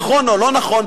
נכון או לא נכון,